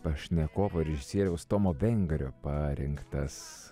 pašnekovo režisieriaus tomo vengrio parinktas